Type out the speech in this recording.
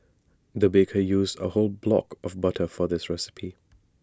the baker used A whole block of butter for this recipe